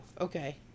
okay